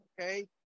okay